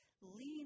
lean